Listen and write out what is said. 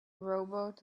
robot